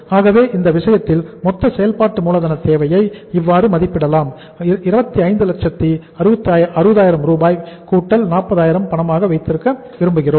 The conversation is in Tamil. ஆகவே அந்த விஷயத்தில் மொத்த செயல்பாட்டு மூலதன தேவையை இவ்வாறு மதிப்பிடலாம் 2560000 40000 பணமாக வைத்திருக்க விரும்புகிறோம்